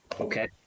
Okay